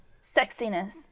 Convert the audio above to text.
sexiness